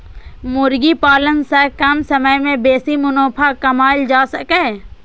मुर्गी पालन सं कम समय मे बेसी मुनाफा कमाएल जा सकैए